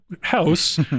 house